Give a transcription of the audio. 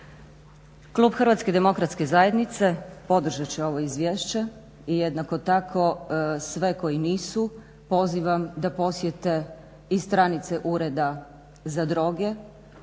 Klub Hrvatske demokratske zajednice podržat će ovo Izvješće i jednako tako sve koji nisu pozivam da posjete i stranice Ureda za droge